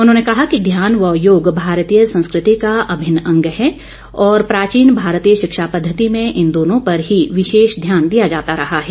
उन्होंने कहा कि ध्यान व योग भारतीय संस्कृति का अभिन्न अंग है और प्राचीन भारतीय शिक्षा पद्वति में इन दोनों पर ही विशेष ध्यान दिया जाता रहा है